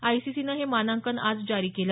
आयसीसीनं हे मानांकन आज जारी केलं